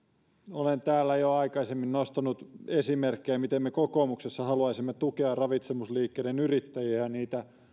olen täällä jo aikaisemmin nostanut esimerkkejä miten me kokoomuksessa haluaisimme tukea ravitsemusliikkeiden yrittäjiä ja ja niitä